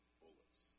bullets